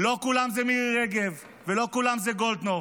לא כולם זה מירי רגב, ולא כולם זה גולדקנופ.